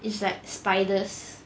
it's like spiders